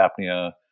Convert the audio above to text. apnea